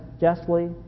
justly